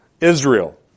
Israel